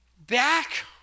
Back